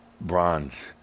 Bronze